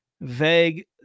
vague